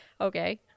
Okay